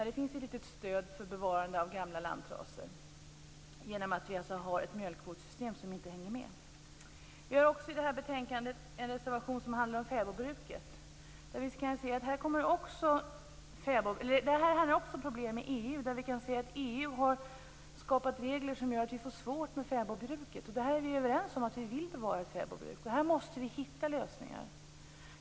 Det finns nämligen ett litet stöd för bevarande av gamla lantraser, eftersom vi har ett mjölkkvotssystem som inte hänger med. Vi har i detta betänkande också en reservation som handlar om fäbodbruket. Detta handlar också om problem med EU. EU har skapat regler som försvårar fäbodbruket. Vi är ju överens om att vi vill bevara fäbodbruket. Här måste vi finna lösningar.